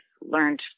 learned